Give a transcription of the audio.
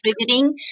contributing